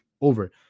over